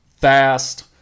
fast